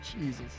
Jesus